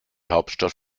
hauptstadt